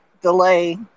delay